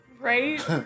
Right